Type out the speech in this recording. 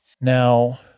Now